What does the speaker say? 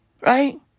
Right